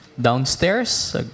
downstairs